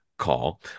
call